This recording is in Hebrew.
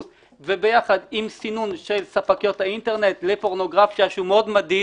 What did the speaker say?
וביחד עם סינון של ספקיות האינטרנט לפורנוגרפיה שזה מאוד מדיד